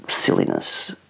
silliness